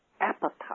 appetite